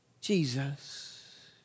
Jesus